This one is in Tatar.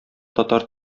татар